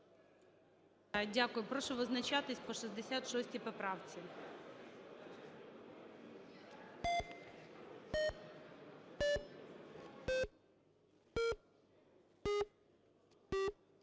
Дякую. Прошу визначатись по 66 поправці.